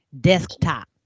desktop